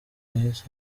yahise